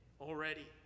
already